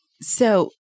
So-